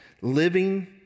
living